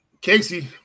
Casey